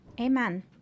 Amen